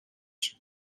шиг